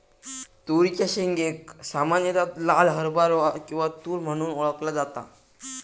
तुरीच्या शेंगेक सामान्यता लाल हरभरो किंवा तुर म्हणून ओळखला जाता